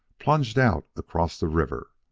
plunged out across the river.